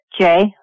Jay